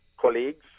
colleagues